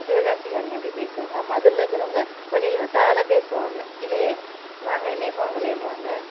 சிவகாசிக்காரவங்க எப்படி பேசுவாங்க மதுரையில் இருக்கிறவங்க கொஞ்சம் இழுத்தால் பேசுவாங்க இலெ வாங்கலே போங்கலேண்ணுவாங்க